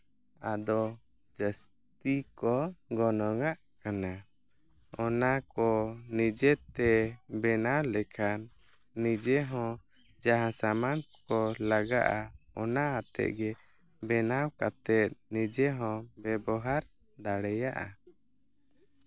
ᱟᱫᱚ ᱡᱟᱹᱥᱛᱤ ᱠᱚ ᱜᱚᱱᱚᱝ ᱟᱜ ᱠᱟᱱᱟ ᱚᱱᱟ ᱠᱚ ᱱᱤᱡᱮᱛᱮ ᱵᱮᱱᱟᱣ ᱞᱮᱠᱷᱟᱱ ᱱᱤᱡᱮ ᱦᱚᱸ ᱡᱟᱦᱟᱸ ᱥᱟᱢᱟᱱ ᱠᱚ ᱞᱟᱜᱟᱜᱼᱟ ᱚᱱᱟ ᱟᱛᱮᱫᱜᱮ ᱵᱮᱱᱟᱣ ᱠᱟᱛᱮᱫ ᱱᱤᱡᱮ ᱦᱚᱸ ᱵᱮᱵᱚᱦᱟᱨ ᱫᱟᱲᱮᱭᱟᱜᱼᱟ